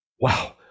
wow